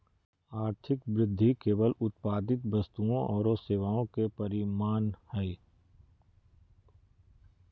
आर्थिक वृद्धि केवल उत्पादित वस्तुओं औरो सेवाओं के परिमाण हइ